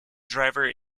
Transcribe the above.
driver